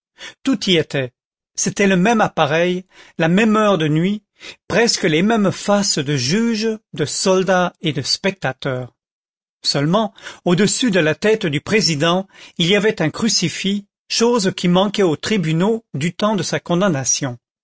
tout y était c'était le même appareil la même heure de nuit presque les mêmes faces de juges de soldats et de spectateurs seulement au-dessus de la tête du président il y avait un crucifix chose qui manquait aux tribunaux du temps de sa condamnation